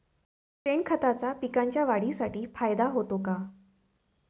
शेणखताचा पिकांच्या वाढीसाठी फायदा होतो का?